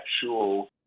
actual